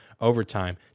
overtime